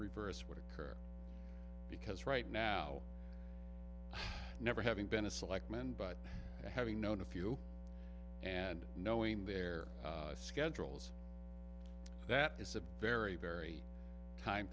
reverse what a cur because right now never having been to select men but having known a few and knowing their schedules that is a very very time